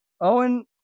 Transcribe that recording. Owen